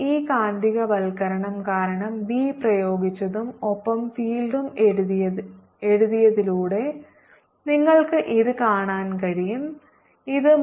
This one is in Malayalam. ഈ കാന്തികവൽക്കരണം കാരണം ബി പ്രയോഗിച്ചതും ഒപ്പം ഫീൽഡും എഴുതിയതിലൂടെ നിങ്ങൾക്ക് ഇത് കാണാൻ കഴിയും ഇത് 32 M 0 ആയിരിക്കണം